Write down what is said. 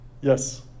yes